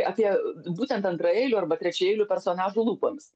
apie būtent antraeilių arba trečiaeilių personažų lūpomis